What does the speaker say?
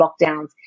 lockdowns